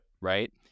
Right